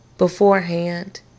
Beforehand